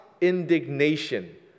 indignation